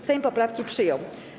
Sejm poprawki przyjął.